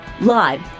live